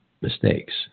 mistakes